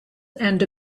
and